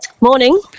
Morning